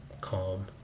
calm